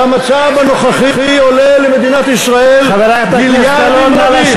והמצב הנוכחי עולה למדינת ישראל מיליארדים רבים,